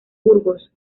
burgos